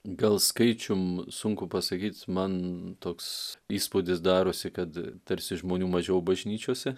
gal skaičium sunku pasakyt man toks įspūdis darosi kad tarsi žmonių mažiau bažnyčiose